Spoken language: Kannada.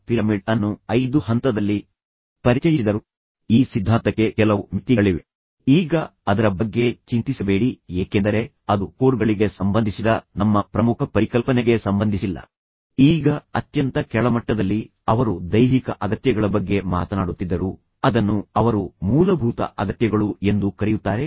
ಬಹುಶಃ ಅವರು ಮಗುವಿಗಾಗಿ ಯೋಜಿಸಬಹುದು ಎಂದು ನೀವು ಸೂಚಿಸಬಹುದು ಅವರು ಒಂದು ಮಗುವಿಗೆ ಯೋಜಿಸುವ ಸಮಯ ಇದು ಏಕೆಂದರೆ ಅವರು ಮಗುವನ್ನು ನೋಡಿದಾಗ ಎಲ್ಲಾ ಸಂಘರ್ಷ ಪರಿಹಾರವಾಗಬಹುದು ಮತ್ತು ನಂತರ ಅವರು ಹೆಚ್ಚು ಸಹಿಷ್ಣುವಾಗಲು ಹೆಚ್ಚು ತಾಳ್ಮೆಯಿಂದಿರಲು ಕಲಿಯುತ್ತಾರೆ ಮತ್ತು ಅವರು ಒಬ್ಬರಿಗೊಬ್ಬರು ಕೊಡಲು ಕಲಿಯುತ್ತಾರೆ